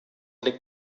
liegt